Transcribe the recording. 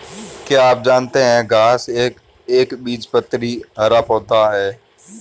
क्या आप जानते है घांस एक एकबीजपत्री हरा पौधा है?